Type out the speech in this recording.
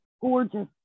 gorgeous